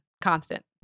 constant